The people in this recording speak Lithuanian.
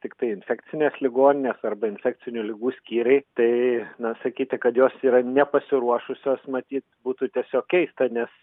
tiktai infekcinės ligoninės arba infekcinių ligų skyriai tai na sakyti kad jos yra nepasiruošusios matyt būtų tiesiog keista nes